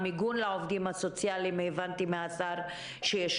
המיגון לעובדים הסוציאליים - הבנתי מהשר שיש